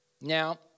Now